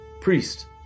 priest